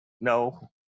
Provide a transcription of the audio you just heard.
No